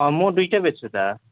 अँ म दुईवटै बेच्छु त